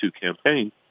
campaign